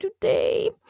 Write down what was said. today